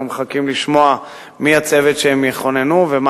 אנחנו מחכים לשמוע מי הצוות שהם יכוננו ומה